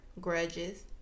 grudges